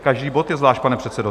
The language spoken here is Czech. Každý bod je zvlášť, pane předsedo.